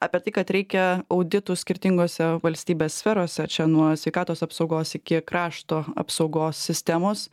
apie tai kad reikia auditų skirtingose valstybės sferose čia nuo sveikatos apsaugos iki krašto apsaugos sistemos